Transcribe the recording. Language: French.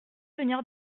venir